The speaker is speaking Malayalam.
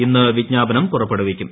ഇന്ന് വിജ്ഞാപനം പുറപ്പെടുവിക്കും